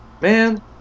Man